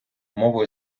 мовою